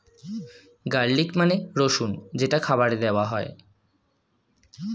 garlic মানে রসুন যেটা খাবারে দেওয়া হয়